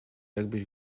jakbyś